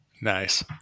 Nice